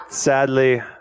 Sadly